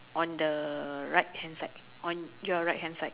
on the right hand side on your right hand side